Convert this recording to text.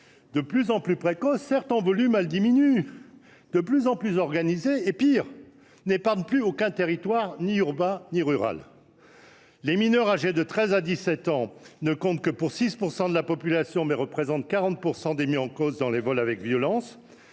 de plus en plus précoce – certes, en volume, elle diminue – et de plus en plus organisée. Pis, elle n’épargne plus aucun territoire, qu’il soit urbain ou rural. Les mineurs âgés de 13 à 17 ans ne comptent que pour 6 % de la population, mais représentent 40 % des mis en cause dans les vols avec violence,